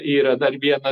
yra dar viena